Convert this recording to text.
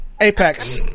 Apex